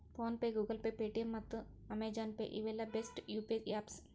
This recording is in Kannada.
phone pay, Google Pay, Paytm ಮತ್ತ ಅಮೆಜಾನ್ ಪೇ ಇವೆಲ್ಲ ಬೆಸ್ಟ್ ಯು.ಪಿ.ಐ ಯಾಪ್ಸ್